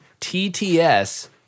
TTS